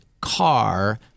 car